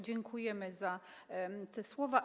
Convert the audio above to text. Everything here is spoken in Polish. Dziękujemy za te słowa.